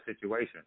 situation